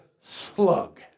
slug